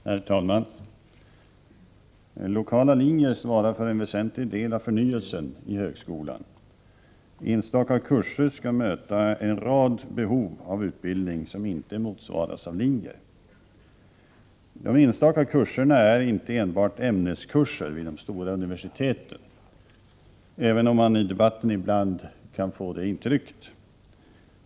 Herr talman! De lokala linjerna svarar för en väsentlig del av förnyelsen i högskolan. Enstaka kurser skall möta en rad behov av utbildning, som inte kan tillgodoses i linjeutbildningen. De enstaka kurserna är inte enbart ämneskurser vid de stora universiteten, även om man av debatten ibland kan få det intrycket.